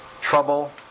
trouble